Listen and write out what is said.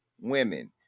Women